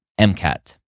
MCAT